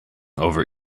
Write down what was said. over